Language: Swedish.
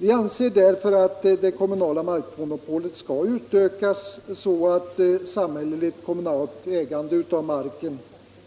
Vi anser därför att det kommunala markmonopolet skall utökas, så att samhälleligt, kommunalt ägande av mark